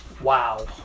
Wow